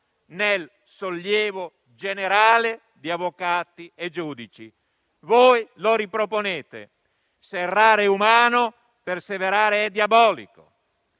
nel sollievo generale di avvocati e giudici. Voi lo riproponete: se errare umano, perseverare è diabolico.